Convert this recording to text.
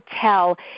tell